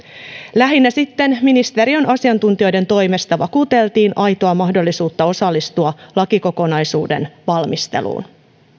lähinnä sitten ministeriön asiantuntijoiden toimesta vakuuteltiin aitoa mahdollisuutta osallistua lakikokonaisuuden valmisteluun